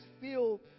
feel